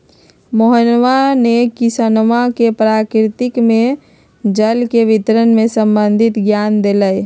मोहनवा ने किसनवन के प्रकृति में जल के वितरण से संबंधित ज्ञान देलय